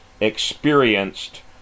experienced